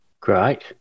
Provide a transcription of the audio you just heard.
Great